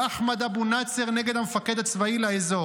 אחמד אבו נצר נגד המפקד הצבאי לאזור.